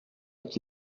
qui